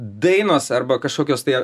dainos arba kažkokios tai ar